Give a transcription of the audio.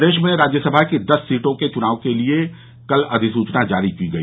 प्रदेश में राज्यसभा की दस सीटों के चुनाव के लिए कल अधिसूचना जारी की गई